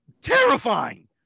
Terrifying